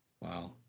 wow